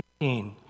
18